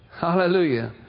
Hallelujah